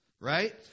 right